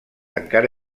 encara